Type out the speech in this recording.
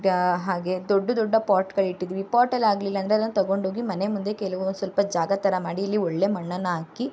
ಈಗ ಹಾಗೇ ದೊಡ್ಡ ದೊಡ್ಡ ಪಾಟುಗಳಿಟ್ಟಿದೀವಿ ಪಾಟಲ್ಲಿ ಆಗಲಿಲ್ಲ ಅಂದರೆ ಅದನ್ನು ತೊಗೊಂಡ್ಹೋಗಿ ಮನೆ ಮುಂದೆ ಕೆಲವು ಸ್ವಲ್ಪ ಜಾಗ ಥರ ಮಾಡಿ ಇಲ್ಲಿ ಒಳ್ಳೆಯ ಮಣ್ಣನ್ನು ಹಾಕಿ